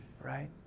right